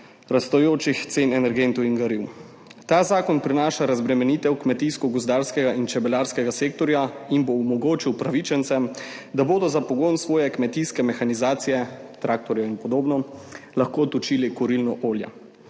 rastočih cen energentov in goriv. Ta zakon prinaša razbremenitev kmetijskega, gozdarskega in čebelarskega sektorja in bo omogočil upravičencem, da bodo za pogon svoje kmetijske mehanizacije, traktorjev in podobno lahko točili kurilno olje.